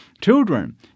children